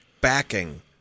backing